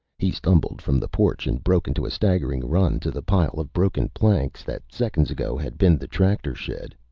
he stumbled from the porch and broke into a staggering run to the pile of broken planks that seconds ago had been the tractor shed.